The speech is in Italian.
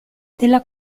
della